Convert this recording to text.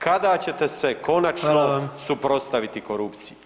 Kada ćete se konačno [[Upadica: Hvala vam]] suprotstaviti korupciji?